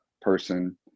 person